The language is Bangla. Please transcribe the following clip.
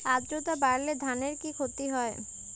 আদ্রর্তা বাড়লে ধানের কি ক্ষতি হয়?